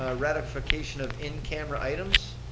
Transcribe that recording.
ah ratification of in camera items.